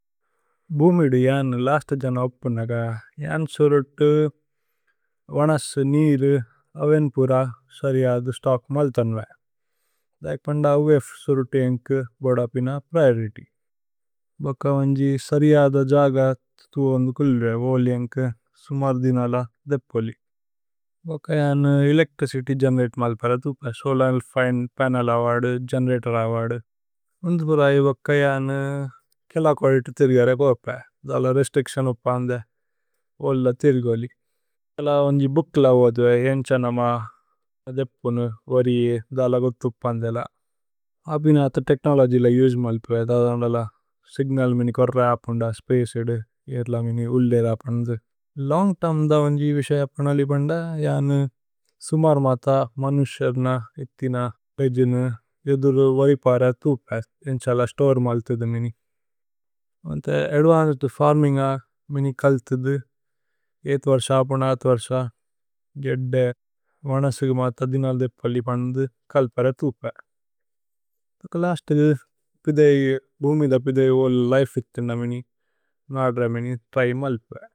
ഭൂമി ദി അന് ലസ്ത് ജന് ഓപ്പുനഗ അന് സുരുതു വനസ്। നിരു അവേന് പുര സരിഅദു സ്തോക് മല്ഥന്വേ ദൈപന്ദ। അവേഫ് സുരുതു ഏന്കു ബോദപിന പ്രിഓരിത്യ് ഭക വന്ജി। സരിഅദു ജഗത് തുവോന്ദു കുല്ലു വോലി ഏന്കു സുമര്ധി। നല ദേപ്പോലി ഭക അന് ഏലേച്ത്രിചിത്യ് ഗേനേരതേ। മല്പരതുപേ സോലനില് പനേല് അവദു, ഗേനേരതോര്। അവദു വന്ദു പുര ഏവക്ക ജനു കേല കോലി തു। ഥിര്ഗരേ ഗോപേ ദല രേസ്ത്രിച്തിഓന് ഉപ്പന്ദേ ഓല്ല। ഥിര്ഗോലി കേല വന്ജി ബൂക്ല അവദുവേ ഏന്ഛനമ। ദേപ്പുനു വരിയേ ദല ഗോതു ഉപ്പന്ദേ ല അബിന അഥ। തേഛ്നോലോഗ്യ് ല യുജ്മല്പേവേ ദല സിഗ്നല് മിനി കോര്രേ। അപുന്ദ സ്പചേ ഇദു ഏര്ല മിനി ഉല്ദേര അപുന്ദു ലോന്ഗ്। തേര്മ് ന്ദ വന്ജി വിശയ പനലി ബന്ദ ജനു സുമര്। മഥ മനുസ്യര്ന, ഇഥിന, ലേജനു, ജേദുരു വരിപരതുപേ। ഏന്ഛല സ്തോരേ മല്ഥുദു മിനി വന്തേ അദ്വന്ചേദ്। ഫര്മിന്ഗ മിനി കല്ഥുദു ഏത്വര്സ അപുനത്വര്സ। ഗേദ്ദേ വനസിഗേ മഥ ദിനല് ദേപ്പോലി ബന്ദു। കല്പരതുപേ ഭക ലസ്തുകു പിദേഇ ബുമിദ പിദേഇ,। ഓല ലിഫേ ഇഥിന മിനി നദര മിനി ത്ര്യ് മല്പേ।